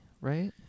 right